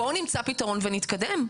בואו נמצא פתרון ונתקדם.